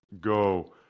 Go